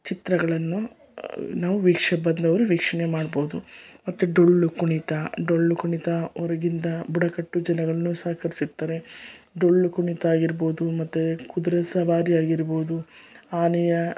ಚಿತ್ರಗಳನ್ನು ನಾವು ವೀಕ್ಷಣೆ ಬಂದವರು ವೀಕ್ಷಣೆ ಮಾಡಬಹುದು ಮತ್ತು ಡೊಳ್ಳು ಕುಣಿತ ಡೊಳ್ಳು ಕುಣಿತ ಹೊರಗಿಂದ ಬುಡಕಟ್ಟು ಜನರನ್ನು ಸಹ ಕರೆಸಿರ್ತಾರೆ ಡೊಳ್ಳು ಕುಣಿತ ಆಗಿರ್ಬೋದು ಮತ್ತೆ ಕುದುರೆ ಸವಾರಿ ಆಗಿರ್ಬೋದು ಆನೆಯ